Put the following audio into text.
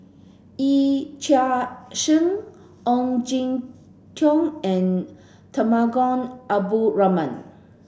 Yee Chia Hsing Ong Jin Teong and Temenggong Abdul Rahman